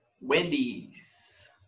Wendy's